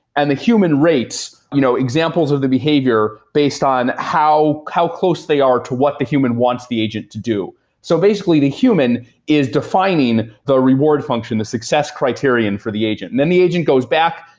and the human rates you know examples of the behavior based on how how close they are to what the human wants the agent to do so basically, the human is defining the reward function, the success criterion for the agent. then the agent goes back,